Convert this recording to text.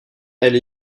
elle